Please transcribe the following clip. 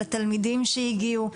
לתלמידים שהגיעו.